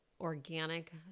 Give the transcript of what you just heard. organic